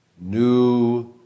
new